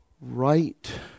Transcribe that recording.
right